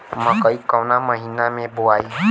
मकई कवना महीना मे बोआइ?